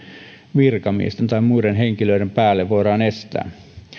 virkamiesten tai muiden henkilöiden päälle voidaan estää